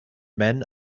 men